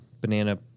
banana